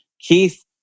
Keith